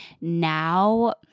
now